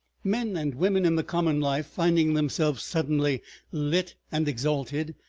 men and women in the common life, finding themselves suddenly lit and exalted,